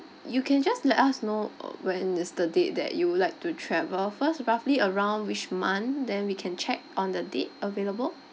you can just let us know uh when is the date that you would like to travel first roughly around which month then we can check on the date available